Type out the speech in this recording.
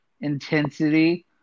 intensity